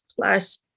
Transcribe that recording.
plus